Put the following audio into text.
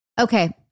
Okay